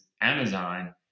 Amazon